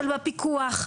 של הפיקוח,